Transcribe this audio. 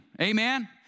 Amen